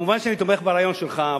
מובן שאני תומך ברעיון שלך,